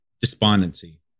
despondency